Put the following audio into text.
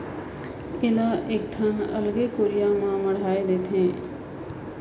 एला एकठन अलगे कुरिया में मढ़ाए देथे